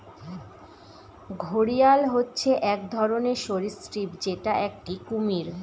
ঘড়িয়াল হচ্ছে এক ধরনের সরীসৃপ যেটা একটি কুমির